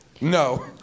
No